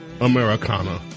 Americana